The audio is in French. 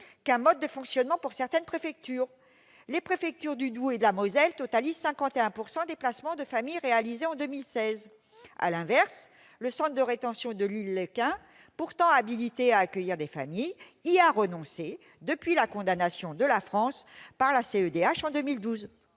qu'un mode de fonctionnement pour certaines préfectures. Les préfectures du Doubs et de la Moselle totalisent 51 % des placements de familles réalisés en 2016. À l'inverse, le centre de rétention de Lille-Lesquin, pourtant habilité à accueillir des familles, y a renoncé depuis la condamnation de la France par la CEDH en 2012.